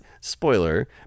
spoiler